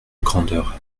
grandeur